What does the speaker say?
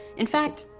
in fact,